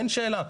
אין שאלה.